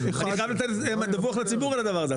אני חייב לתת דיווח לציבור על הדבר הזה,